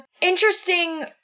interesting